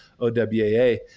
OWAA